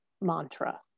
mantra